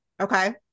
okay